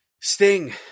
Sting